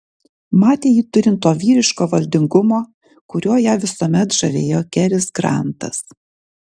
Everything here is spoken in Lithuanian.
matė jį turint to vyriško valdingumo kuriuo ją visuomet žavėjo keris grantas